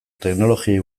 teknologiei